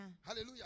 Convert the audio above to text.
Hallelujah